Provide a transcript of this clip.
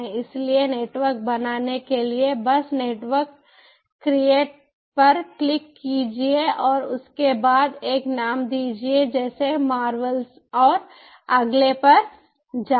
इसलिए नेटवर्क बनाने के लिए बस नेटवर्क क्रिएट पर क्लिक कीजिए और उसके बाद एक नाम दीजिए जैसे मार्वल्स और अगले पर जाएं